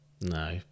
no